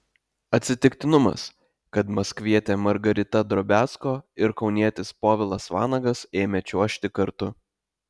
atsitiktinumas kad maskvietė margarita drobiazko ir kaunietis povilas vanagas ėmė čiuožti kartu